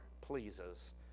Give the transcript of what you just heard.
pleases